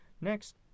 Next